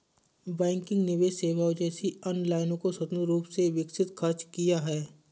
banking निवेश सेवाओं जैसी अन्य लाइनों को स्वतंत्र रूप से विकसित खर्च किया है